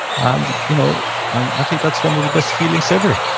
and you know and i think that's one of the best feelings ever.